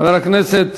חבר הכנסת